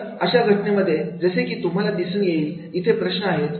तर अशा घटनेमध्ये जसे की तुम्हाला दिसून येईल इथे प्रश्न आहेत